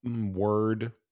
word